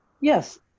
yes